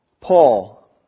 Paul